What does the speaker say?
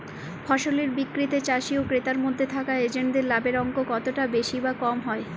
ফসলের বিক্রিতে চাষী ও ক্রেতার মধ্যে থাকা এজেন্টদের লাভের অঙ্ক কতটা বেশি বা কম হয়?